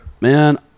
Man